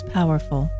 Powerful